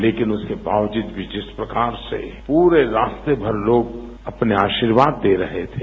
लेकिन उसके बावजूद भी जिस प्रकार से पूरे रास्ते भर लोग अपना आशिर्वाद दे रहे थे